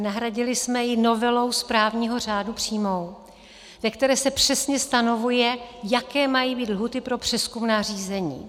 Nahradili jsme ji novelou správního řádu přímou, ve které se přesně stanovuje, jaké mají být lhůty pro přezkumná řízení.